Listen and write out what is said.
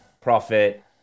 profit